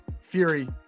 Fury